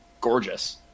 gorgeous